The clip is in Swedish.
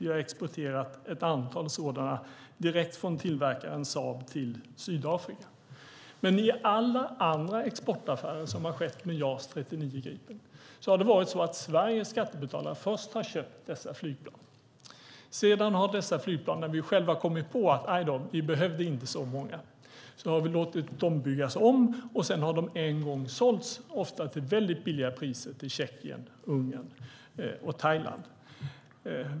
Vi har exporterat ett antal sådana direkt från tillverkaren Saab till Sydafrika. Men i alla andra exportaffärer som har skett med JAS 39 Gripen har det varit så att Sveriges skattebetalare först har köpt dessa flygplan. När vi själva sedan kommit på att vi inte behöver så många flygplan har vi låtit bygga om dem, och sedan har de sålts, ofta till väldigt billiga priser, till Tjeckien, Ungern och Thailand.